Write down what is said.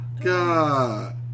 God